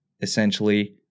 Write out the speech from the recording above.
essentially